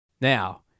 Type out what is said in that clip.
now